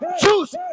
choose